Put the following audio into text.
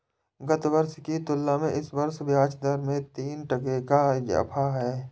गत वर्ष की तुलना में इस वर्ष ब्याजदर में तीन टके का इजाफा है